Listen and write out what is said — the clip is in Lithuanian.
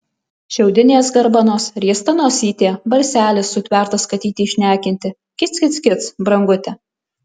šiaudinės garbanos riesta nosytė balselis sutvertas katytei šnekinti kic kic kic brangute